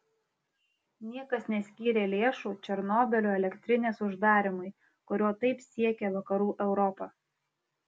niekas neskyrė lėšų černobylio elektrinės uždarymui kurio taip siekia vakarų europa